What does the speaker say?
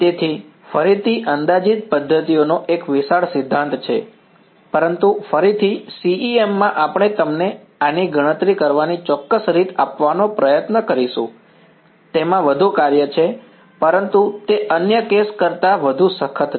તેથી ફરીથી અંદાજિત પદ્ધતિઓનો એક વિશાળ સિદ્ધાંત છે પરંતુ ફરીથી CEM માં આપણે તમને આની ગણતરી કરવાની ચોક્કસ રીત આપવાનો પ્રયત્ન કરીશું તેમાં વધુ કાર્ય છે પરંતુ તે અન્ય કેસ કરતાં વધુ સખત છે